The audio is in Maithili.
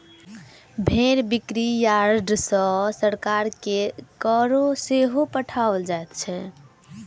भेंड़ बिक्री यार्ड सॅ सरकार के कर सेहो पठाओल जाइत छै